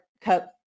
Cup